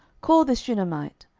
call this shunammite.